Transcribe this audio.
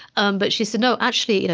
um but she said, no, actually, you know